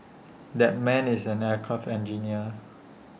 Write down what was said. that man is an aircraft engineer